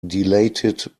dilated